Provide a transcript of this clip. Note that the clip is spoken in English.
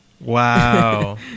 Wow